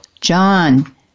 John